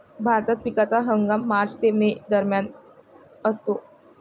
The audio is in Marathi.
भारतात पिकाचा हंगाम मार्च ते मे दरम्यान असतो